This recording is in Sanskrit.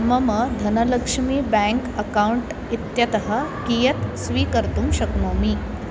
मम धनलक्ष्मी बेङ्क् अकौण्ट् इत्यतः कियत् स्वीकर्तुं शक्नोमि